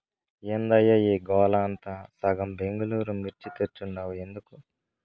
ఏందయ్యా ఈ గోతాంల సగం బెంగళూరు మిర్చి తెచ్చుండావు ఎందుకు